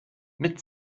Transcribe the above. mit